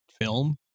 film